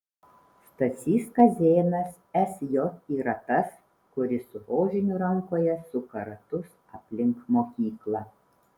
stasys kazėnas sj yra tas kuris su rožiniu rankoje suka ratus aplink mokyklą